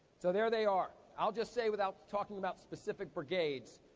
so, there they are. i'll just say without talking about specific brigades.